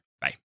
Bye